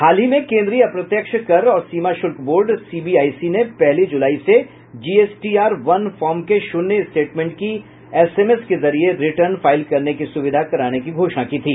हाल ही में केन्द्रीय अप्रत्यक्ष कर और सीमा शुल्क बोर्ड सीबीआईसी ने पहली जुलाई से जीएसटीआर वन फार्म के शुन्य स्टेटमेंट की एसएमएस के जरिए रिटर्न फाइल करने की सुविधा कराने की घोषणा की थी